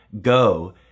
go